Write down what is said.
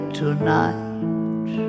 tonight